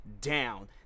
down